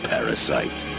Parasite